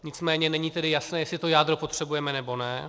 Nicméně není tedy jasné, jestli to jádro potřebujeme, nebo ne.